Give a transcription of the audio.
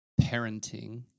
parenting